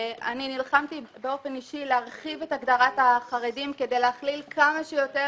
אני נלחמתי באופן אישי להרחיב את הגדרת החרדים כדי להכליל כמה שיותר